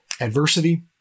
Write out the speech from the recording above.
adversity